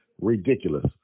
ridiculous